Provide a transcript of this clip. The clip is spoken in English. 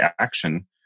action